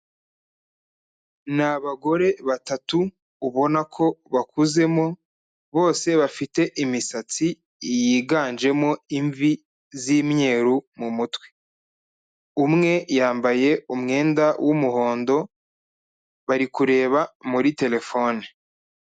Ni abagore batatu ubona ko bakuzemo, bose bafite imisatsi yiganjemo imvi z'imyeru mu mutwe, umwe yambaye umwenda w'umuhondo, bari kureba muri terefone.